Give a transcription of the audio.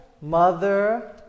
mother